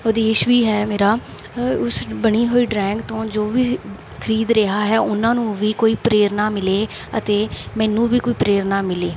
ਉਦੇਸ਼ ਵੀ ਹੈ ਮੇਰਾ ਉਸ ਬਣੀ ਹੋਈ ਡਰਾਇੰਗ ਤੋਂ ਜੋ ਵੀ ਖਰੀਦ ਰਿਹਾ ਹੈ ਉਹਨਾਂ ਨੂੰ ਵੀ ਕੋਈ ਪ੍ਰੇਰਨਾ ਮਿਲੇ ਅਤੇ ਮੈਨੂੰ ਵੀ ਕੋਈ ਪ੍ਰੇਰਨਾ ਮਿਲੇ